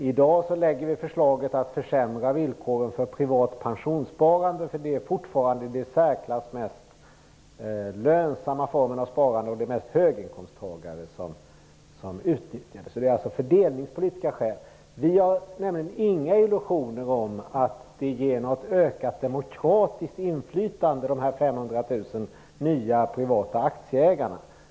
I dag lägger vi fram förslaget att försämra villkoren för privat pensionssparande - det är fortfarande den i särklass mest lönsamma formen av sparande, och det är mest höginkomsttagare som utnyttjar den. Det gör vi alltså av fördelningspolitiska skäl. Vi har nämligen inga illusioner om att de 500 000 nya privata aktieägarna innebär något ökat demokratiskt inflytande.